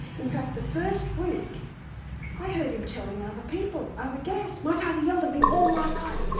in fact, the first week i heard him telling other people, other guests, my father yelled at me all my life.